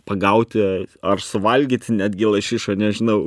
pagauti ar suvalgyti netgi lašišą nežinau